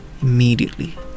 immediately